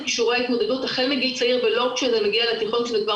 כישורי ההתמודדות החל מגיל צעיר ולא כשזה מגיע לתיכון כשזה כבר